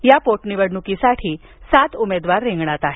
या पोटनिवडणुकीत सात उमेदवार रिंगणात आहे